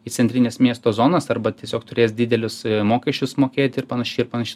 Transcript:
į centrines miesto zonas arba tiesiog turės didelius mokesčius mokėt ir panašiai ir panašiai